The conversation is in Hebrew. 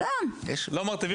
לא מרטיבים מצות?